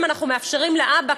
ובעצם אנחנו מאפשרים לאבא,